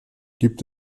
gibt